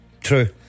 True